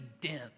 dense